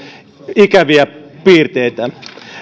ikäviä piirteitä